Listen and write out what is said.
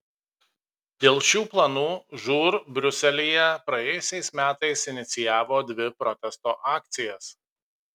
dėl šių planų žūr briuselyje praėjusiais metais inicijavo dvi protesto akcijas